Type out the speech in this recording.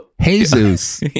Jesus